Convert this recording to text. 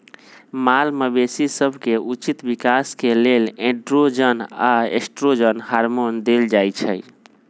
माल मवेशी सभके उचित विकास के लेल एंड्रोजन आऽ एस्ट्रोजन हार्मोन देल जाइ छइ